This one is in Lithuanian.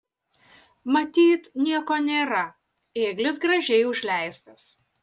matyt nieko nėra ėglis gražiai užleistas